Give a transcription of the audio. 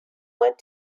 went